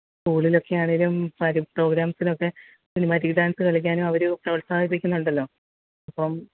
സ്കൂളിലൊക്കെയാണെലും പരി പ്രോഗ്രാംസിനൊക്കെ cinematic dance കളിക്കാനും അവര് പ്രോത്സാഹിപ്പിക്കുന്നുണ്ടല്ലോ അപ്പം